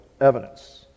evidence